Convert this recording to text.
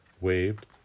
waved